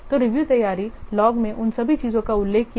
तो रिव्यू तैयारी लॉग में उन सभी चीजों का उल्लेख किया गया है